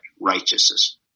righteousness